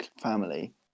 family